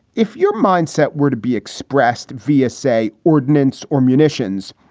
if your mindset were to be expressed via, say, ordnance or munitions,